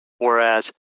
whereas